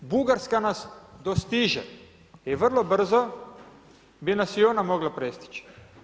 Bugarska nas dostiže i vrlo brzo bi nas i ona mogla prestići.